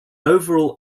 overall